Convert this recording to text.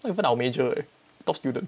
not even our major eh top student